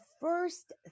first